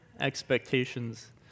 expectations